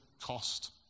cost